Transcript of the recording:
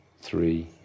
three